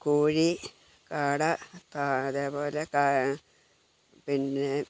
കോഴി കാട താ അതേപോലെ കാ പിന്നെ